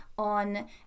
on